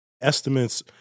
Estimates